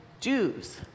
Jews